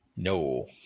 No